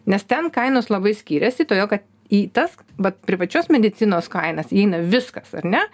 nes ten kainos labai skiriasi todėl kad į tas vat privačios medicinos kainas įeina viskas ar ne